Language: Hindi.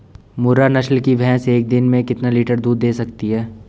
मुर्रा नस्ल की भैंस एक दिन में कितना लीटर दूध दें सकती है?